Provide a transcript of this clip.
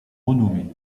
renommé